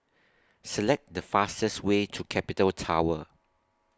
Select The fastest Way to Capital Tower